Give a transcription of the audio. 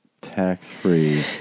Tax-free